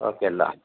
okay ल